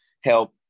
help